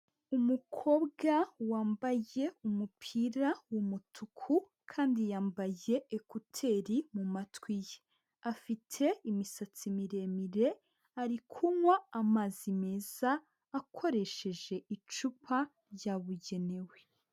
Umukobwa wambaye umupira w'umutuku kandi yambaye ekuteri mu matwi ye, afite imisatsi miremire ari kunywa amazi meza akoresheje icupa ryabugenewe.